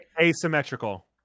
Asymmetrical